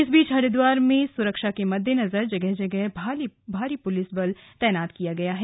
इस बीच हरिद्वार में सुरक्षा के मद्देनजर जगह जगह भारी पुलिस बल तैनात की गई है